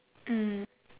mm